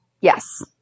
Yes